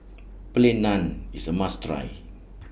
Plain Naan IS A must Try